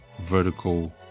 vertical